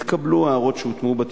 התקבלו הערות שהוטמעו בטיוטה,